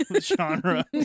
genre